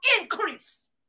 increase